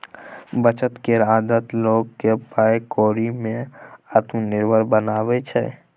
बचत केर आदत लोक केँ पाइ कौड़ी में आत्मनिर्भर बनाबै छै